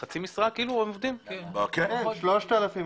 הם עובדים בחצי משרה?